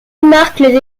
marque